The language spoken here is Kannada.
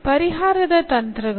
ಪರಿಹಾರದ ತಂತ್ರಗಳು